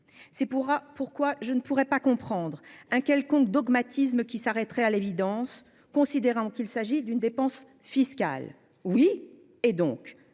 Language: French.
C'est pourquoi je ne pourrai pas comprendre un quelconque dogmatisme qui s'arrêterait à l'évidence, considérant qu'il s'agit d'une dépense fiscale. Oui, et alors ?